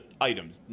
items